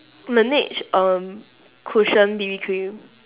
laneige err cushion B_B cream